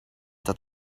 dat